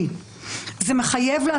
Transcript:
אני רוצה בהזדמנות הזאת לחזק את ידיה של היועצת